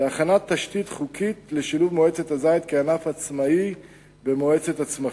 להכנת תשתית חוקית לשילוב מועצת הזית כענף עצמאי במועצת הצמחים,